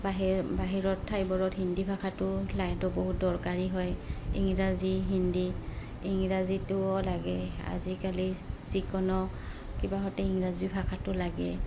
বাহিৰ বাহিৰত ঠাইবোৰত হিন্দী ভাষাটো লাগে এইটো বহুত দৰকাৰী হয় ইংৰাজী হিন্দী ইংৰাজীটোও লাগে আজিকালি যিকোনো কিবাহঁতে ইংৰাজী ভাষাটো লাগে